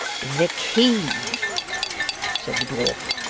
the key said the dwarf,